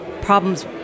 problems